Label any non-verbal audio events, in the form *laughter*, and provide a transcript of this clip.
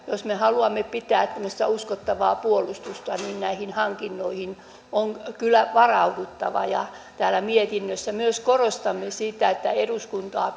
jos me haluamme pitää tämmöistä uskottavaa puolustusta niin näihin hankintoihin on kyllä varauduttava täällä mietinnössä myös korostamme sitä että eduskuntaa *unintelligible*